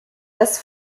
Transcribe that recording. das